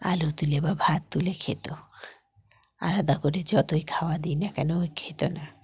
আলু তুলে বা ভাত তুলে খেত আলাদা করে যতই খাওয়া দিই না কেন ওই খেত না